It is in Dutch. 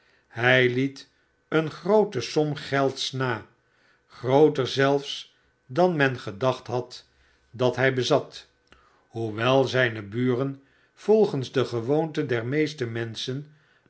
hij liet eene groote som gelds na grooter zelfs dan men gedacht had dat hij bezat hoewel zijne buren volgens de gewoonte der meeste menschen